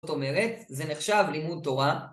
זאת אומרת זה נחשב לימוד תורה